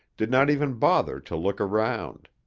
did not even bother to look around.